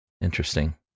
Interesting